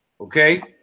okay